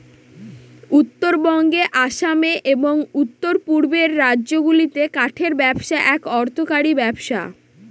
উত্তরবঙ্গে আসামে এবং উত্তর পূর্বের রাজ্যগুলাতে কাঠের ব্যবসা একটা অর্থকরী ব্যবসা